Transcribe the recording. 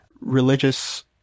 religious